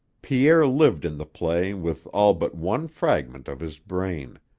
pierre lived in the play with all but one fragment of his brain,